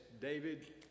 David